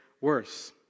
worse